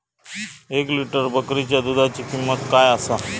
एक लिटर बकरीच्या दुधाची किंमत काय आसा?